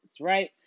Right